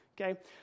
okay